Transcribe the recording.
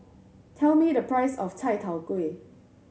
tell me the price of chai tow kway